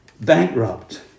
bankrupt